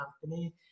company